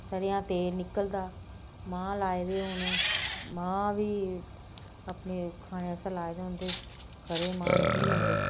सरेआं दा तेल निकलदा मांह् लाए दे हून मांह् बी अपने खाने आस्तै लाए दे होन ते खरे मांह् निकली जंदे